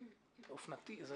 זה אופנתי.